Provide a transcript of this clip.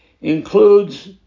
includes